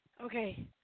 Okay